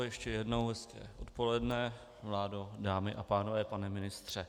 Ještě jednou hezké odpoledne, vládo, dámy a pánové, pane ministře.